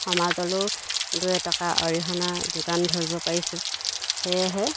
সমাজলৈও দুই এটকা অৰিহণা যোগান ধৰিব পাৰিছোঁ সেয়েহে